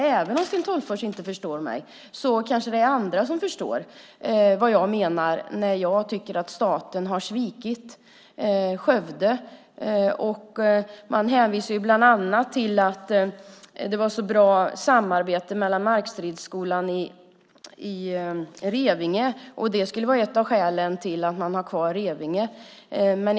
Även om Sten Tolgfors inte förstår mig kanske det är andra som förstår vad jag menar när jag tycker att staten har svikit Skövde. Man hänvisar bland annat till att det var så bra samarbete med markstridsskolan i Revinge, och det skulle vara ett av skälen till att man skulle ha kvar verksamhet i Revinge.